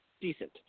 decent